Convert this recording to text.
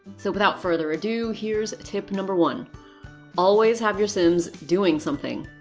so without further ado, here's tip number one always have your sims doing something.